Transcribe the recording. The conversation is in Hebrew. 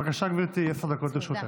בבקשה, גברתי, עשר דקות לרשותך.